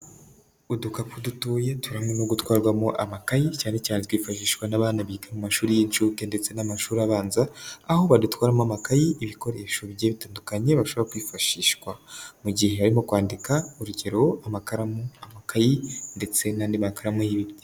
Udukapu dutuwe tubereye no gutwarwamo amakayi cyane cyane twifashishwa n'abana biga mu mashuri y'inshuke ndetse n'amashuri abanza. Aho badutwaramo amakaye, ibikoresho bigiye bitandukanye. Bashobora kwifashishwa mu gihe barimo kwandika urugero: amakaramu, amakayi ndetse nandi makaramu y'ibindi.